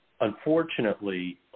unfortunately